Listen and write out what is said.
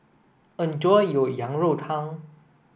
enjoy your Yang Rou Tang